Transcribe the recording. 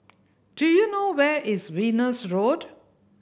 do you know where is Venus Road